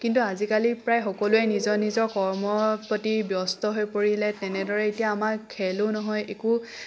কিন্তু আজিকালি প্ৰায় সকলোৱে নিজৰ নিজৰ কৰ্মৰ প্ৰতি ব্যস্ত হৈ পৰিলে তেনেদৰে এতিয়া আমাৰ খেলো নহয় একো